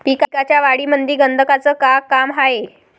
पिकाच्या वाढीमंदी गंधकाचं का काम हाये?